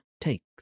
Take